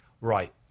right